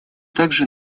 также